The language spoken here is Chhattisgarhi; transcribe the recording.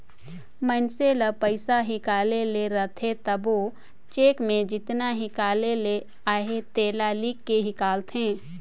मइनसे ल पइसा हिंकाले ले रहथे तबो चेक में जेतना हिंकाले ले अहे तेला लिख के हिंकालथे